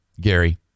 Gary